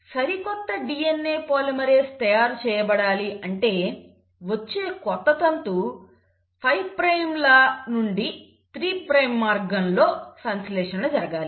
సరికొత్త DNA polymerase తయారు చేయబడాలి అంటే వచ్చే కొత్త తంతు 5 ప్రైమ్ లానుండి 3 ప్రైమ్ మార్గంలో సంశ్లేషణ జరగాలి